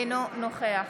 אינו נוכח